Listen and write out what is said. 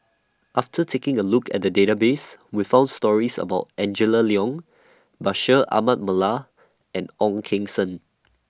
after taking A Look At The Database We found stories about Angela Liong Bashir Ahmad Mallal and Ong Keng Sen